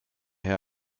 herr